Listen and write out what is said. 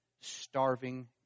starving